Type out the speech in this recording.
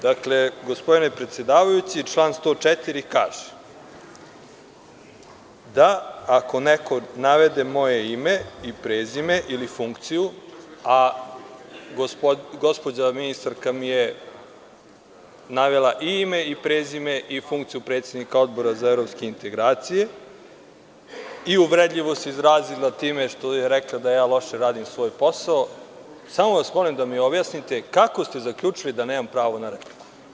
Dakle, gospodine predsedavajući, član 104. kaže da ako neko navede moje ime i prezime ili funkciju, a gospođa ministarka mi je navela i ime i prezime i funkciju predsednika Odbora za evropske integracije i uvredljivo se izrazila time što je rekla da ja loše radim svoj posao, samo vas molim da mi objasnite kako ste zaključili da nemam pravo na repliku?